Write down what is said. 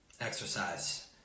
exercise